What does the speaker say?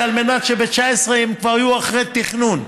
על מנת שב-2019 הם כבר יהיו אחרי תכנון.